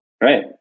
right